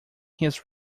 his